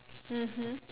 mmhmm